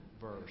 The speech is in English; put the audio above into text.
verse